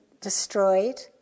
destroyed